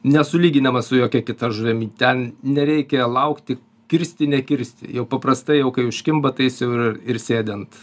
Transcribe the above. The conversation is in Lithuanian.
nesulyginamas su jokia kita žuvimi ten nereikia laukti kirsti nekirsti jau paprastai jau kai užkimba tai jis jau ir ir sėdi ant